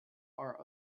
are